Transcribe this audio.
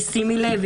שימי לב,